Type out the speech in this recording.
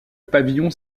pavillon